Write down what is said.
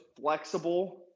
flexible